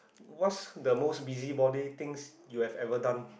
what's the most busybody things you had ever done